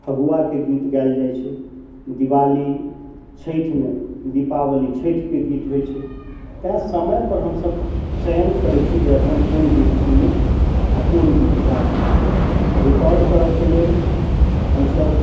फगुआके गीत गाएल जाइ छै दिवाली छठिमे दीपावली छठिके गीत होइ छै तेँ समयपर हमसब चयन करै छिए जे एखन कोन गीत सुनी आओर कोन गीत गाबी रिकॉर्ड करऽके लेल हमसब